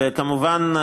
וכמובן,